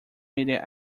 media